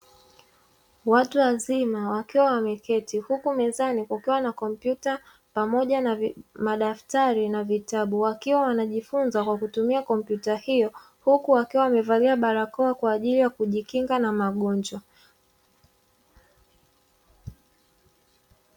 Watu wazima wakiwa wameketi, Huku mezani kukiwa na kompyuta pamoja na madaftari na vitabu, wakiwa wanajifunza kwa kutumia kompyuta hiyo, Huku wakiwa wamevalia barakoa kwa ajili ya kujikinga na magonjwa.